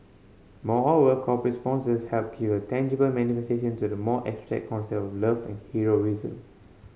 moreover corporate sponsors help give a tangible manifestation to the more abstract concept of love and heroism